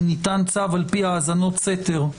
אם ניתן צו על פי האזנות סתר,